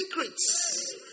Secrets